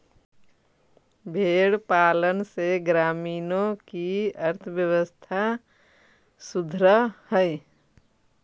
भेंड़ पालन से ग्रामीणों की अर्थव्यवस्था सुधरअ हई